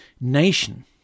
nation